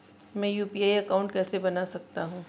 मैं UPI account कैसे बना सकता हूं?